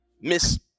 miss